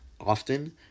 often